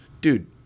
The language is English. Dude